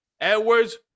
Edwards